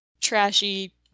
trashy